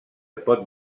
pot